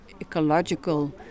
ecological